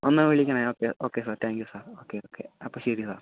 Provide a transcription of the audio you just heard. ഒന്ന് വിളിക്കണേ okay okay sir thank you okay okay അപ്പ ശരി സാർ